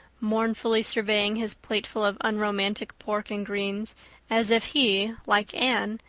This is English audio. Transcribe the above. mournfully surveying his plateful of unromantic pork and greens as if he, like anne,